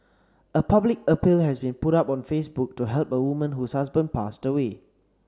a public appeal has been put up on Facebook to help a woman whose husband passed away